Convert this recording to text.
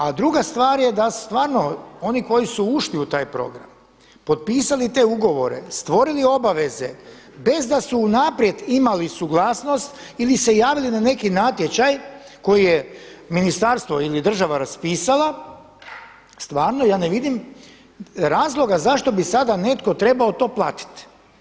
A druga stvar je da stvarno oni koji su ušli u taj program, potpisali te ugovore, stvorili obaveze bez da su unaprijed imali suglasnost ili se javili na neki natječaj koji je ministarstvo ili država raspisala, stvarno ja ne vidim razloga zašto bi sada netko trebao to platiti.